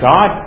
God